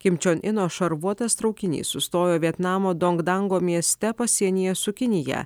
kim čion ino šarvuotas traukinys sustojo vietnamo dong dango mieste pasienyje su kinija